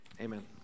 amen